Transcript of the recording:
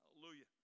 Hallelujah